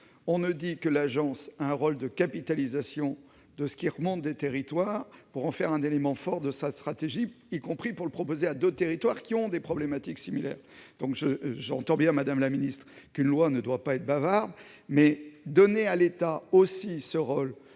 on ne dit que l'agence a un rôle de capitalisation de ce qui remonte des territoires, pour en faire un élément fort de sa stratégie, y compris pour formuler des propositions à d'autres territoires ayant des problématiques similaires. J'entends bien, madame la ministre, qu'une loi ne doit pas être bavarde. Mais il faudrait donner à l'État ce rôle